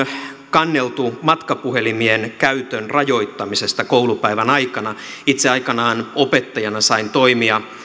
kanneltu matkapuhelimien käytön rajoittamisesta koulupäivän aikana itse aikanaan opettajana sain toimia